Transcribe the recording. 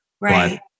Right